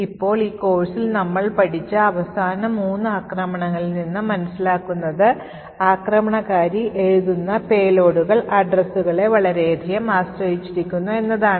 ഇപ്പോൾ ഈ കോഴ്സിൽ നമ്മൾ പഠിച്ച അവസാന മൂന്ന് ആക്രമണങ്ങളിൽ നിന്ന് മനസിലാക്കുന്നത് ആക്രമണകാരി എഴുതുന്ന പേലോഡുകൾ addressകളെ വളരെയധികം ആശ്രയിച്ചിരിക്കുന്നു എന്നതാണ്